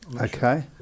Okay